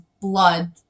blood